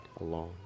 alone